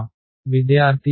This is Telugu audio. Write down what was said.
విద్యార్థి f